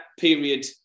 period